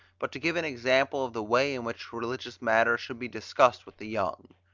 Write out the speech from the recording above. but to give an example of the way in which religious matters should be discussed with the young.